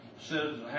citizen